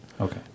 Okay